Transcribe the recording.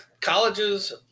colleges